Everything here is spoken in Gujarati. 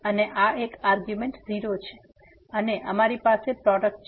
અને આ એક આર્ગ્યુંમેન્ટ 0 છે અને અમારી પાસે પ્રોડક્ટ છે